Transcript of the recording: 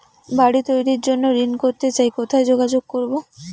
বাড়ি তৈরির জন্য ঋণ করতে চাই কোথায় যোগাযোগ করবো?